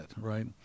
right